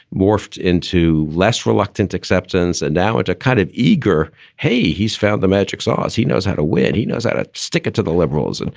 morphed into less reluctant acceptance. and now at a kind of eager, hey, he's found the magic sauce. he knows how to win. he knows how to stick it to the liberals. and